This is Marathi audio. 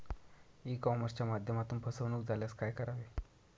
ई कॉमर्सच्या माध्यमातून फसवणूक झाल्यास काय करावे?